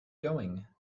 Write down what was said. going